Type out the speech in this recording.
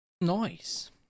Nice